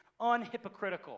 unhypocritical